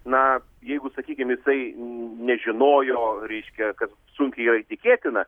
na jeigu sakykim jisai nežinojo reiškia kas sunkiai yra įtikėtina